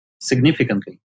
significantly